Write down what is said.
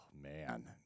man